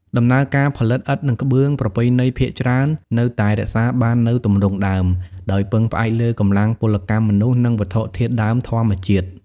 ដំណើរការផលិតឥដ្ឋ និងក្បឿងប្រពៃណីភាគច្រើននៅតែរក្សាបាននូវទម្រង់ដើម ដោយពឹងផ្អែកលើកម្លាំងពលកម្មមនុស្ស និងវត្ថុធាតុដើមធម្មជាតិ។